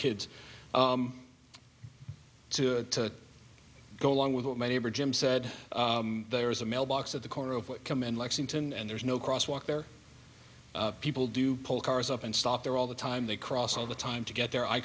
kids to go along with what my neighbor jim said there is a mailbox at the corner of what come in lexington and there's no cross walk there people do pull cars up and stop there all the time they cross all the time to get there i